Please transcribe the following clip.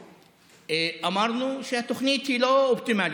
ואמרנו שהתוכנית היא לא אופטימלית.